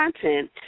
content